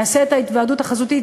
יעשה את ההתוועדות החזותית,